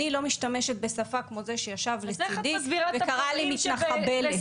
אני לא משתמשת בשפה כמו זה שישב לצדי וקרא לי מתנחבלת.